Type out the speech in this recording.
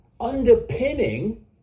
underpinning